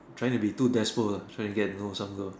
trying to too despo ah trying get know some girl